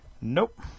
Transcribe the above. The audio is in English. Nope